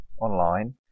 online